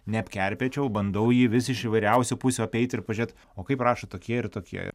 neapkerpėčiau bandau jį vis iš įvairiausių pusių apeiti ir pažiūrėt o kaip rašo tokie ir tokie